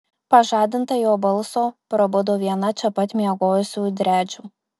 pažadinta jo balso prabudo viena čia pat miegojusių driadžių